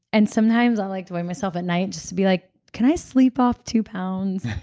and sometimes i like to weigh myself at night just to be like, can i sleep off two pounds?